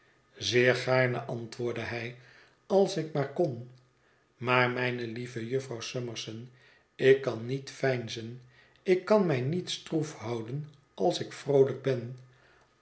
zeer gaarne antwoordde hij als ik maar kon maar mijne lieve jufvrouw summerson ik kan niet veinzen ik kan mij niet stroef houden als ik vroolijk ben